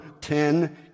ten